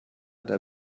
der